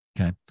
Okay